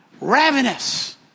ravenous